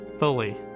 Fully